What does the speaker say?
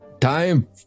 Time